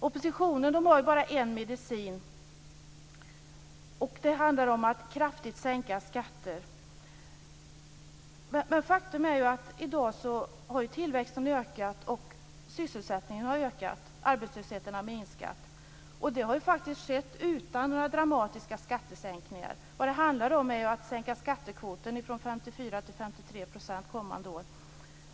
Oppositionen har bara en medicin, och det handlar om att kraftigt sänka skatter. Men faktum är ju att i dag har tillväxten ökat, sysselsättningen har ökat och arbetslösheten har minskat, och det har faktiskt skett utan några dramatiska skattesänkningar. Vad det handlar om är att sänka skattekvoten från 54 % till 53 % kommande år.